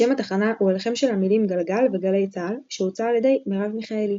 שם התחנה הוא הלחם של המילים גלגל וגלי צה"ל שהוצע על ידי מרב מיכאלי,